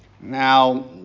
Now